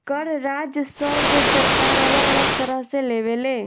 कर राजस्व के सरकार अलग अलग तरह से लेवे ले